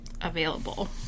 available